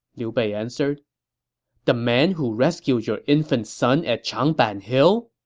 liu bei answered the man who rescued your infant son at changban hill?